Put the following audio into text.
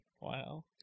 Wow